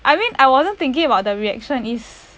I mean I wasn't thinking about the reaction is